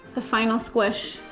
the final squish.